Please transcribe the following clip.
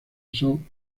son